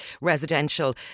residential